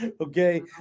okay